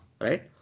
right